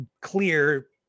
clear